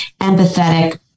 empathetic